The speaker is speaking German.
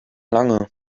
lange